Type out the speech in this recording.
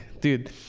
Dude